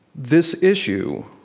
this issue